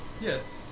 Yes